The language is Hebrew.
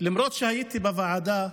למרות שהייתי בוועדה,